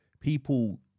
people